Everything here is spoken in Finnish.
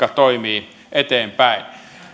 toimii eteenpäin